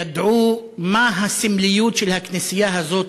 ידעו מה הסמליות של הכנסייה הזאת,